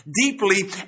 deeply